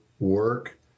work